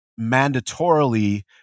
mandatorily